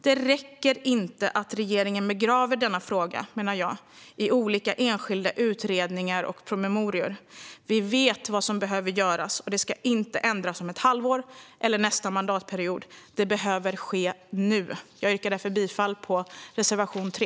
Jag menar att det inte räcker att regeringen begraver denna fråga i olika enskilda utredningar och promemorior. Vi vet vad som behöver göras. Det ska inte ändras om ett halvår eller nästa mandatperiod, utan det behöver ske nu. Jag yrkar därför bifall till reservation 3.